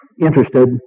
interested